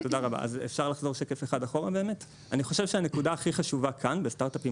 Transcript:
אני חושב שהנקודה הכי חשובה כאן בסטארט-אפים